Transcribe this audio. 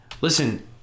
listen